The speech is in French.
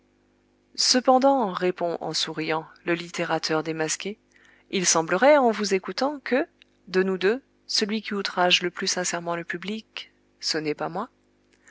cependant répond en souriant le littérateur démasqué il semblerait en vous écoutant que de nous deux celui qui outrage le plus sincèrement le public ce n'est pas moi